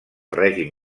règim